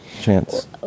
chance